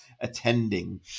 Attending